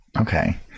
Okay